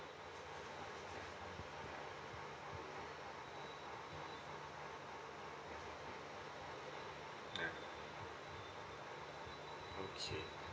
uh okay